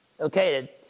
Okay